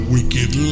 Wicked